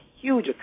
huge